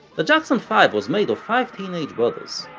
the jackson five was made of five teenage brothers,